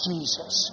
Jesus